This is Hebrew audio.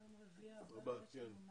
אני מקווה שעד